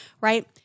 right